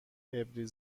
عبری